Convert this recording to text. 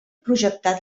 projectat